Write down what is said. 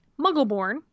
Muggleborn